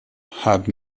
had